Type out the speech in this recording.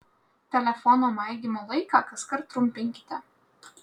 telefono maigymo laiką kaskart trumpinkite